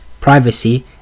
privacy